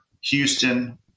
Houston